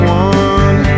one